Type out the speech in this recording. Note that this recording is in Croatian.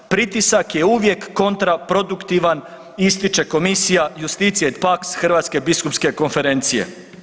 Pritisak je uvijek kontraproduktivan ističe komisija „Justicije et pax“ Hrvatske biskupske konferencije.